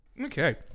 Okay